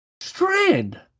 Strand